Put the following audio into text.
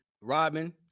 Robin